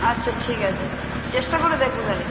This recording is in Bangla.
আচ্ছা ঠিক আছে চেষ্টা করে দেখবো থালে